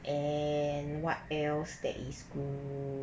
and what else there is good